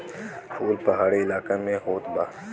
फूल पहाड़ी इलाका में होत बा